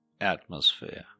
atmosphere